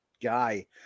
guy